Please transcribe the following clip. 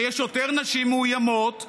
שיש יותר נשים מאוימות,